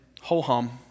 ho-hum